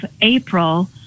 April